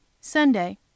SUNDAY